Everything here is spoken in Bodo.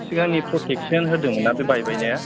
सिगांनि प्रटेकसन होदोंमोन ना बे बायबाय ना